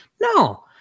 No